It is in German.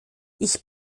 ich